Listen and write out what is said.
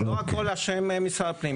לא הכל אשם משרד הפנים.